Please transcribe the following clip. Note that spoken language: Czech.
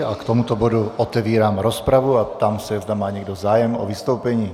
K tomuto bodu otevírám rozpravu a ptám se, zda má někdo zájem o vystoupení.